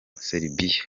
serbia